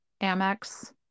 Amex